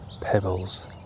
pebbles